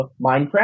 Minecraft